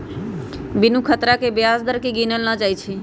बिनु खतरा के ब्याज दर केँ गिनल न जाइ छइ